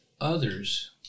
others